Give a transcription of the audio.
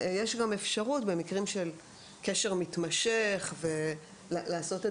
יש גם אפשרות במקרים של קשר מתמשך לעשות את